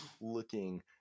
looking